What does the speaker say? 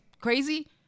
crazy